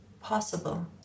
possible